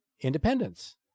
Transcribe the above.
independence